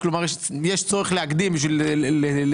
כלומר שיש צורך להקדים את התשלומים בשביל חג